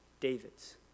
David's